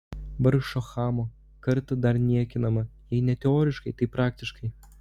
vargšo chamo karta dar niekinama jei ne teoriškai tai praktiškai